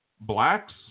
Blacks